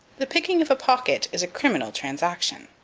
the picking of a pocket is a criminal transaction.